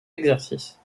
exercice